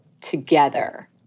together